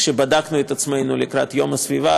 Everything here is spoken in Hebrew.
כשבדקנו את עצמנו לקראת יום הסביבה,